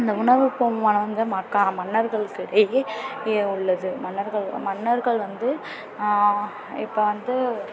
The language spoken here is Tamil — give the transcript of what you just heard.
இந்த உணர்வு பூர்வமான வந்து ம கா மன்னர்களுக்கிடையே உள்ளது மன்னர்கள் மன்னர்கள் வந்து இப்போ வந்து